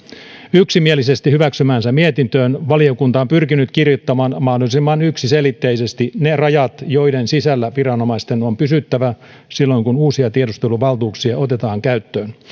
yksimielisesti hyväksymäänsä mietintöön valiokunta on pyrkinyt kirjoittamaan mahdollisimman yksiselitteisesti ne rajat joiden sisällä viranomaisten on pysyttävä silloin kun uusia tiedusteluvaltuuksia otetaan käyttöön